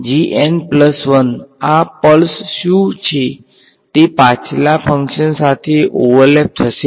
આ પલ્સ શું તે પાછલા ફંક્શન સાથે ઓવરલેપ થશે